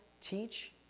teach